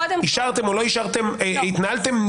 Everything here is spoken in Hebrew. אישרתם או לא אישרתם; התנהלתם,